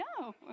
no